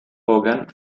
hogan